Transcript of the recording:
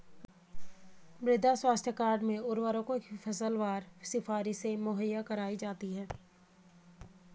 मृदा स्वास्थ्य कार्ड में उर्वरकों की फसलवार सिफारिशें मुहैया कराई जाती है